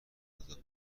ملاقات